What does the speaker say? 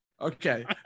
Okay